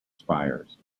spires